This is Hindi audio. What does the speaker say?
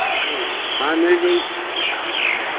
हाँ मिल जाई